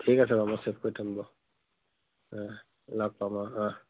ঠিক আছে বাৰু মই ছেফ কৰি থ'ম বাউ লগ পাম অঁ